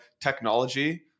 technology